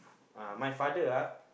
uh my father ah